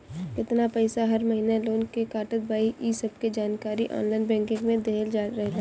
केतना पईसा हर महिना लोन के कटत बाटे इ सबके जानकारी ऑनलाइन बैंकिंग में देहल रहेला